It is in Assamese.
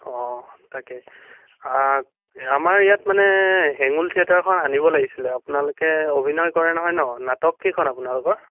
অঁ তাকে আমাৰ ইয়াত মানে হেঙুল থিয়েটাৰখন আনিব লাগিছিলে আপোনালোকে অভিনয় কৰে নহয় ন নাটককেইখন আপোনালোকৰ